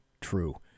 true